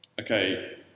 okay